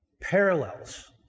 parallels